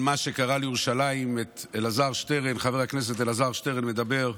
את חבר הכנסת אלעזר שטרן מדבר,